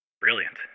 Brilliant